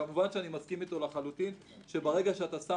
כמובן שאני מסכים עם מנחם גולדין לחלוטין שברגע שמראש,